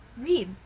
read